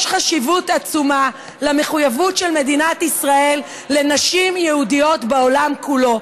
יש חשיבות עצומה למחויבות של מדינת ישראל לנשים יהודיות בעולם כולו,